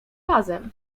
razem